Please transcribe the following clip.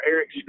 Eric